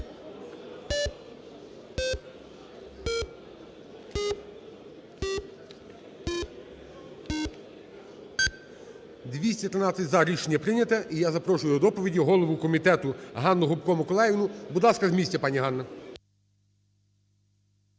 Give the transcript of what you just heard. За-213 Рішення прийнято. І я запрошую до доповіді голову комітету Ганну Гопко Миколаївну. Будь ласка, з місця, пані Ганна.